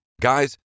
Guys